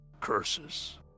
curses